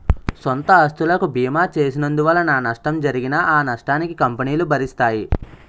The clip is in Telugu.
సొంత ఆస్తులకు బీమా చేసినందువలన నష్టం జరిగినా ఆ నష్టాన్ని కంపెనీలు భరిస్తాయి